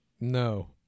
no